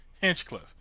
Hinchcliffe